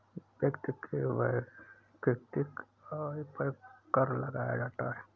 व्यक्ति के वैयक्तिक आय पर कर लगाया जाता है